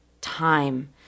time